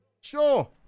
Sure